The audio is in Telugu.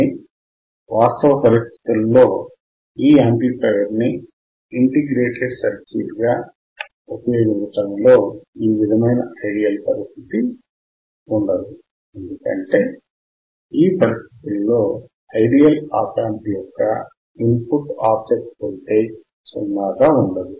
కానీ వాస్తవ పరిస్థితులలో ఈ యాంప్లిఫయర్ ని ఇంటిగ్రేటెడ్ సర్క్యూట్ గా ఉపయోగించడంలో ఈ విధమైన ఐడియల్ పరిస్థితి ఉండదు ఎందుకంటే ఈ పరిస్థితులలో ఐడియల్ ఆప్ యాంప్ యొక్క input offset voltage సున్నా గా ఉండదు